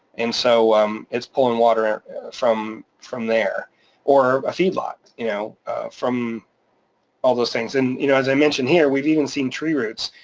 and so it's pulling water and from from there or a feedlot you know from all those things. and you know as i mentioned here, we've even seen tree roots.